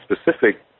specific